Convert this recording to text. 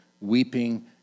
weeping